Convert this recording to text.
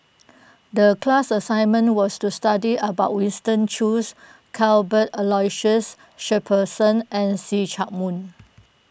the class assignment was to study about Winston Choos Cuthbert Aloysius Shepherdson and See Chak Mun